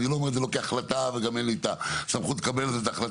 אני לא אומר את זה כהחלטה וגם אין לי הסמכות לקבל את ההחלטה,